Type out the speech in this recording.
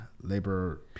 Labor